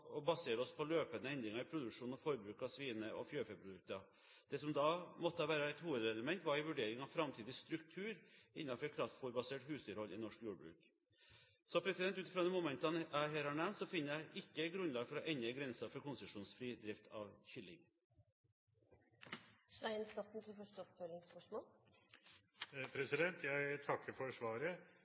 på løpende endringer i produksjon og forbruk av svine- og fjørfeprodukter. Det som da måtte være et hovedelement, var en vurdering av framtidig struktur innenfor kraftfôrbasert husdyrhold i norsk jordbruk. Ut fra de momentene jeg her har nevnt, finner jeg ikke grunnlag for å endre grensen for konsesjonsfri drift av kylling. Jeg takker for svaret. Jeg